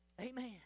Amen